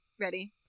ready